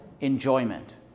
enjoyment